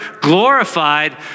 glorified